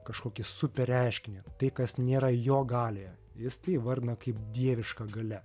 kažkokį super reiškinį tai kas nėra jo galioje jis tai įvardina kaip dieviška galia